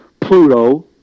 Pluto